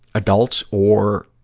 adults or,